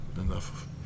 enough